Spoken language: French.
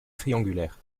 triangulaire